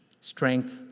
strength